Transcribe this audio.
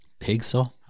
Pigsaw